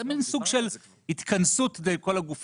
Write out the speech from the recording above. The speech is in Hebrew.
זו מין התכנסות בין כל הגופים,